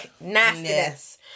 nastiness